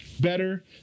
better